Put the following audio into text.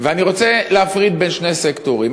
ואני רוצה להפריד בין שני סקטורים.